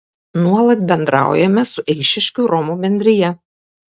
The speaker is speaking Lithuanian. nuolat bendraujame su eišiškių romų bendrija